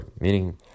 meaning